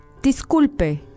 disculpe